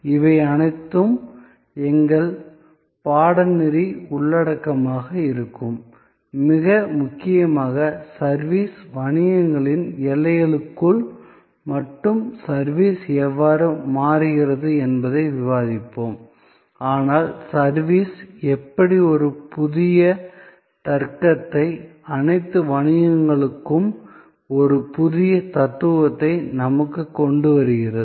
இவை அனைத்தும் எங்கள் பாடநெறி உள்ளடக்கமாக இருக்கும் மிக முக்கியமாக சர்விஸ் வணிகங்களின் எல்லைக்குள் மட்டும் சர்விஸ் எவ்வாறு மாறுகிறது என்பதை விவாதிப்போம் ஆனால் சர்விஸ் எப்படி ஒரு புதிய தர்க்கத்தை அனைத்து வணிகங்களுக்கும் ஒரு புதிய தத்துவத்தை நமக்கு கொண்டு வருகிறது